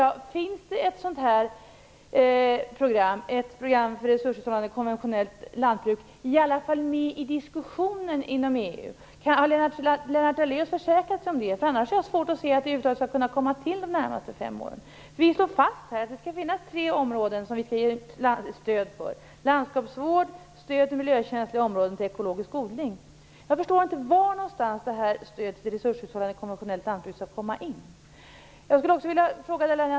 Jag undrar om det åtminstone finns med ett program för ett resursbevarande konventionellt lantbruk i diskussionen inom EU. Har Lennart Daléus försäkrat sig om det? I annat fall har jag svårt att se att det över huvud taget skall kunna komma till stånd under de närmaste fem åren. Vi slår här fast att det på tre områden skall ges stöd: till landskapsvård, till miljökänsliga områden och till ekologisk odling. Jag förstår inte var stödet till ett resursbevarande konventionellt lantbruk skall komma in.